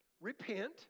repent